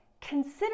Consider